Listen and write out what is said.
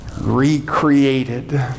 recreated